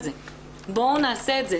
בואו נעשה את זה.